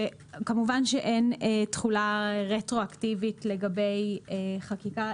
כמובן שאין תחולה רטרואקטיבית לגבי חקיקה,